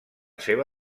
seva